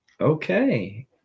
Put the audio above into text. okay